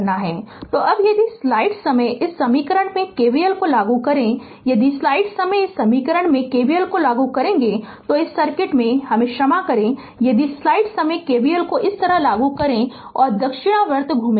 तो अब यदि स्लाइड समय इस समीकरण में KVL लागू करें यदि स्लाइड समय इस समीकरण में KVL लागू करें तो इस सर्किट में क्षमा करें यदि स्लाइड समय KVL को इस तरह लागू करें और दक्षिणावर्त घूमेगा